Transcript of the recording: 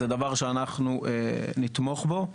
זה דבר שאנחנו נתמוך בו,